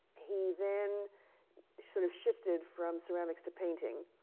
he then sort of shifted from ceramics to painting.